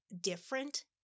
different